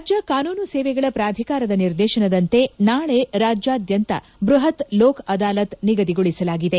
ರಾಜ್ಯ ಕಾನೂನು ಸೇವೆಗಳ ಪೂಧಿಕಾರದ ನಿರ್ದೇಶನದಂತೆ ನಾಳೆ ರಾಜ್ಯಾದ್ಯಂತ ಬೃಹತ್ ಲೋಕ್ ಅದಾಲತ್ ನಿಗದಿಗೊಳಿಸಲಾಗಿದೆ